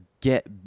get